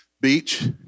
beach